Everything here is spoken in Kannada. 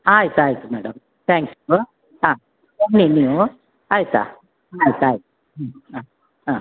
ಆಯ್ತು ಆಯಿತು ಮೇಡಮ್ ತ್ಯಾಂಕ್ ಯು ಹಾಂ ಬನ್ನಿ ನೀವು ಆಯಿತಾ ಆಯ್ತಾಯ್ತು ಹ್ಞೂ ಹಾಂ ಹಾಂ